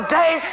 day